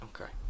Okay